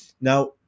now